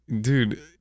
dude